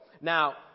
Now